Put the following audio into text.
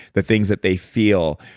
the things that they feel.